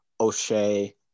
O'Shea